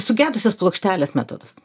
sugedusios plokštelės metodas